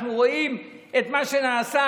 אנחנו רואים את מה שנעשה,